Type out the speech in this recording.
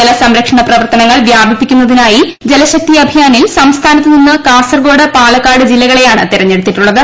ജലസംരക്ഷണ പ്രവർത്തനങ്ങൾ വ്യാപിപ്പിക്കുന്നതിനായി ജലശക്തി അഭിയാനിൽ സംസ്ഥാനത്ത് നിന്നൂര ക്ാസർകോട് പാലക്കാട് ജില്ലകളെയാണ് തിരഞ്ഞെടുത്തിട്ടുള്ളത്